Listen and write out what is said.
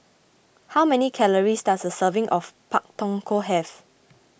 how many calories does a serving of Pak Thong Ko have